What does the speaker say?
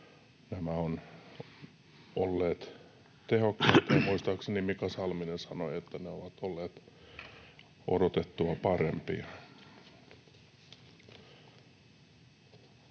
nämä ovat olleet tehokkaita, ja muistaakseni Mika Salminen sanoi, että ne ovat olleet odotettua parempia.